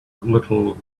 little